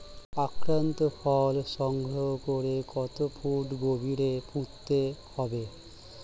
আক্রান্ত ফল সংগ্রহ করে কত ফুট গভীরে পুঁততে হবে?